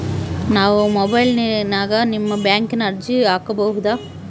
ನಾವು ಮೊಬೈಲಿನ್ಯಾಗ ನಿಮ್ಮ ಬ್ಯಾಂಕಿನ ಅರ್ಜಿ ಹಾಕೊಬಹುದಾ?